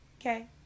okay